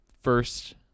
first